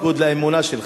בניגוד לאמונה שלך.